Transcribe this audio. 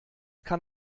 kann